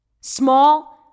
Small